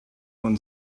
one